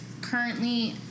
currently